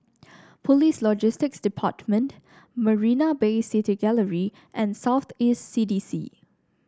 Police Logistics Department Marina Bay City Gallery and South East C D C